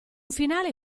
finale